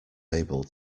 able